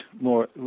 more